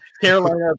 Carolina